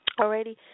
Alrighty